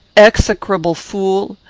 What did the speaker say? execrable fool!